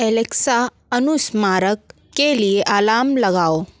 Alexa अनुस्मारक के लिए अलार्म लगाओ